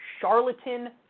charlatan